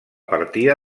partida